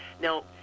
Now